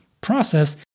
process